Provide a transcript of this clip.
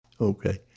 Okay